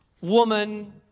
woman